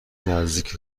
نزدیک